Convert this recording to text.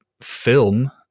film